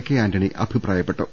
K Antony അഭിപ്രായപ്പെട്ടു